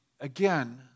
again